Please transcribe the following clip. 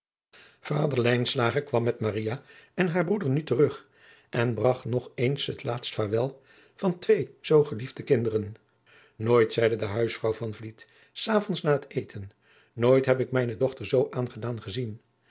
lijnslager kwam met maria en haar broeder nu terug en bragt nog eens het laatst vaarwel van twee zoo geliefde kinderen nooit zeide de huisvrouw van vliet s avonds na het eten nooit heb ik mijne dochter zoo aangedaan gezien